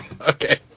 Okay